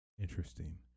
interesting